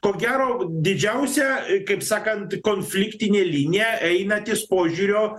ko gero didžiausia kaip sakant konfliktinė linija eina ties požiūrio